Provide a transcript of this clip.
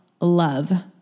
love